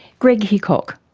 greg hickok.